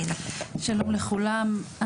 שלום לכולם,